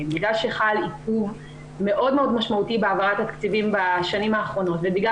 בגלל שחל עיכוב מאוד משמעותי בהעברת התקציב בשנים האחרונות ובגלל